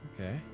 okay